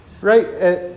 Right